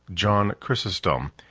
john chrysostom,